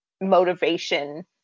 motivation